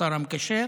השר המקשר.